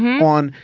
one,